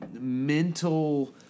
mental